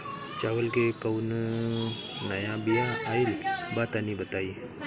चावल के कउनो नया बिया आइल बा तनि बताइ?